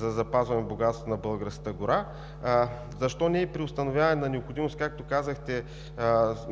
да запазим богатството на българската гора. Защо не и при установяване на необходимост. Както казахте,